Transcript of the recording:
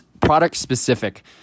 product-specific